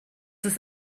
ist